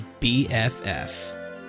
BFF